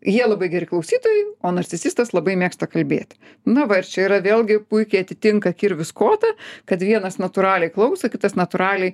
jie labai geri klausytojai o narcisistas labai mėgsta kalbėt na va ir čia yra vėlgi puikiai atitinka kirvis kotą kad vienas natūraliai klauso kitas natūraliai